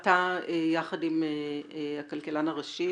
אתה יחד עם הכלכלן הראשי,